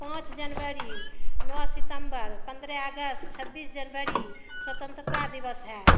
पाँच जनवरी नौ सितम्बर पंद्रह अगस्त छब्बीस जनवरी स्वतंत्रता दिवस है